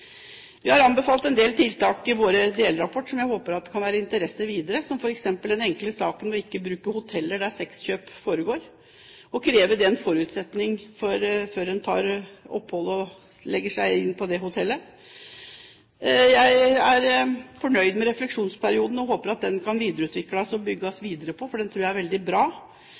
Vi har anbefalt en del tiltak i vår delrapport som jeg håper kan være av interesse videre, som f.eks. den enkle saken ikke å bruke hoteller der sexkjøp foregår, og kreve det som en forutsetning før en legger seg inn på det hotellet. Jeg er fornøyd med refleksjonsperioden og håper at den kan videreutvikles og bygges videre på, for den tror jeg er veldig bra.